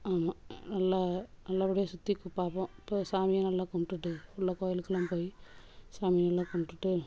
ஆமாம் நல்ல நல்லபடியாக சுற்றி பார்ப்போம் போய் சாமியை நல்லா கும்பிடுட்டு உள்ள கோயிலுக்கெலாம் போய் சாமி எல்லாம் கும்பிடுட்டு